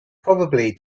probably